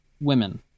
women